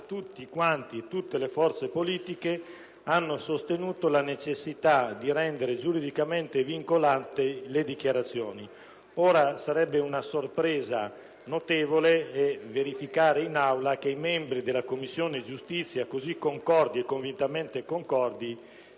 l'unanimità di tutte le forze politiche, ha sostenuto la necessità di rendere giuridicamente vincolanti le dichiarazioni. Ora sarebbe una sorpresa notevole se in Aula i membri della Commissione giustizia, già così convintamente concordi,